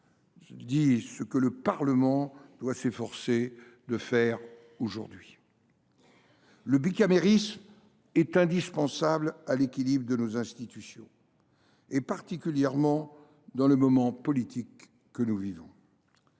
il, ce que le Parlement doit s’efforcer de faire aujourd’hui. Le bicamérisme est indispensable à l’équilibre de nos institutions, particulièrement dans le moment politique que nous vivons.